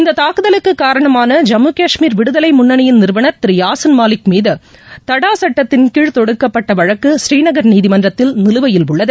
இந்த தாக்குதலுக்கு காரணமான ஜம்மு காஷ்மீர் விடுதலை முன்னணியின் நிறுவனர் யாசின் மாலிக் மீது தடா சட்டத்தின்கீழ் தொடுக்கப்பட்ட வழக்கு ஸ்ரீநகர் நீதிமன்றத்தில் நிலுவையில் உள்ளது